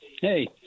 Hey